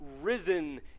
risen